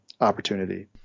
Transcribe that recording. opportunity